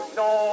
no